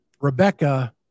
Rebecca